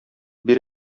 бир